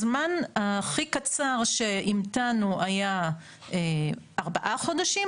הזמן הכי קצר שהמתנו היה 4 חודשים,